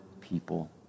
people